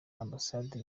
ambasade